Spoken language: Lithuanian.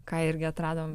ką irgi atradom